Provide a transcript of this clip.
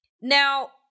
Now